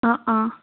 অ' অ'